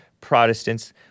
Protestants